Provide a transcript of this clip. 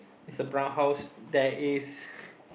is a brown house there is